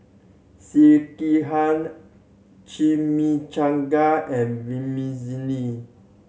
Sekihan Chimichanga and Vermicelli